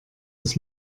das